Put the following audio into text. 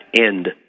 end